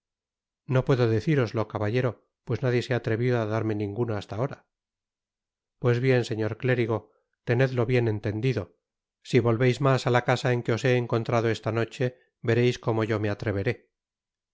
no puedo deciroslo caballero pues nadie se ha atrevido á darme ninguno hasta ahora pues bien señor clérigo tenedlo bien entendido si volveis mas á la casa en que os he encontrado esta noche vereis como yo me atreveré